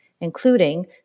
including